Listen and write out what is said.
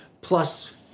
plus